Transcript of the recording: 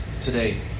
today